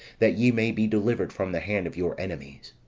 that ye may be delivered from the hand of your enemies.